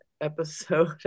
episode